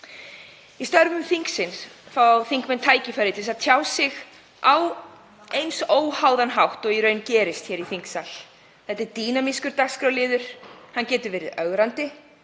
Í störfum þingsins fá þingmenn tækifæri til að tjá sig á eins óháðan hátt og í raun gerist hér í þingsal. Þetta er dínamískur dagskrárliður, hann getur verið ögrandi.